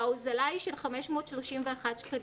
ההוזלה היא של 531 שקלים.